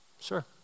sure